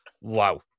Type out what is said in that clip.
wow